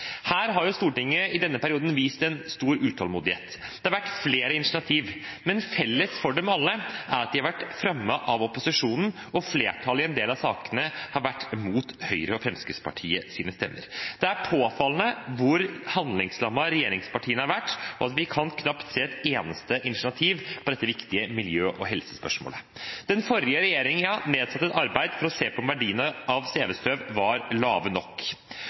Her har Stortinget i denne perioden vist en stor utålmodighet. Det har vært flere initiativ. Men felles for dem alle er at de har vært fremmet av opposisjonen, og flertallet i en del av sakene har vært mot Høyres og Fremskrittspartiets stemmer. Det er påfallende hvor handlingslammet regjeringspartiene har vært, og at vi knapt kan se et eneste initiativ innen dette viktige miljø- og helsespørsmålet. Den forrige regjeringen satte i gang et arbeid for å se på om verdiene av svevestøv var lave nok,